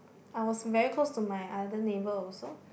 I was very close to my other neighbour also